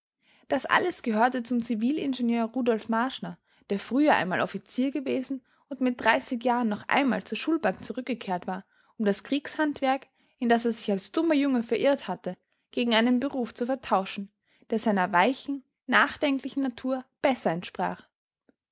das alles gehörte zum zivilingenieur rudolf marschner der früher einmal offizier gewesen und mit dreißig jahren noch einmal zur schulbank zurückgekehrt war um das kriegshandwerk in das er sich als dummer junge verirrt hatte gegen einen beruf zu vertauschen der seiner weichen nachdenklichen natur besser entsprach